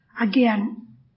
again